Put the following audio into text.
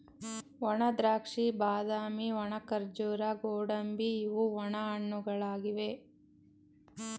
ಒಣದ್ರಾಕ್ಷಿ, ಬಾದಾಮಿ, ಒಣ ಖರ್ಜೂರ, ಗೋಡಂಬಿ ಇವು ಒಣ ಹಣ್ಣುಗಳಾಗಿವೆ